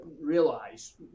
realize